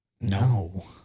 No